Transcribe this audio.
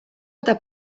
eta